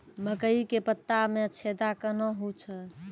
मकई के पत्ता मे छेदा कहना हु छ?